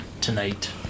tonight